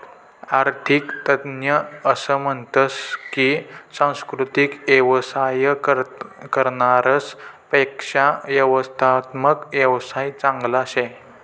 आरर्थिक तज्ञ असं म्हनतस की सांस्कृतिक येवसाय करनारास पेक्शा व्यवस्थात्मक येवसाय चांगला शे